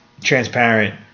transparent